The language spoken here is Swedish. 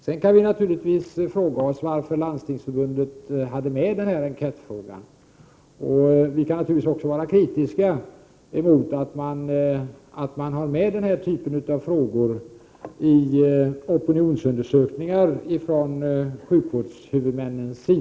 Sedan kan vi naturligtvis fråga oss varför Landstingsförbundet hade med den här frågan i sin enkät. Vi kan naturligtvis också vara kritiska mot att man har med den här typen av frågor i opinionsundersökningar från sjukvårdshuvudmännen.